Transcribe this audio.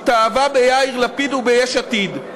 התאהבה ביאיר לפיד וביש עתיד.